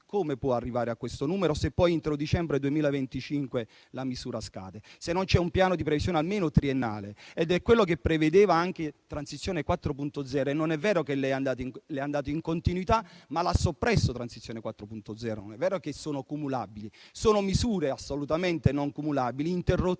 Come può arrivare a questo numero, se poi entro dicembre 2025 la misura scade e non c'è un piano di previsione almeno triennale? È quello che prevedeva anche Transizione 4.0 e non è vero che lei è andato in continuità, perché quel piano l'ha soppresso. Non è vero che sono cumulabili: sono misure assolutamente non cumulabili. Interrotta la